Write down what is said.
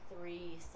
three